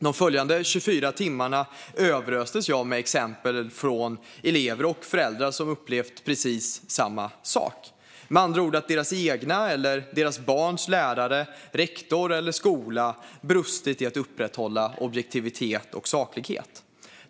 De följande 24 timmarna överöstes jag med exempel från elever och föräldrar som upplevt precis samma sak, med andra ord att deras eller deras barns lärare, rektor eller skola brustit i att upprätthålla objektivitet och saklighet.